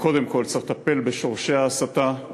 קודם כול, צריך לטפל בשורשי ההסתה,